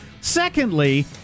Secondly